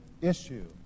issue